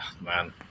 Man